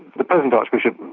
the present archbishop,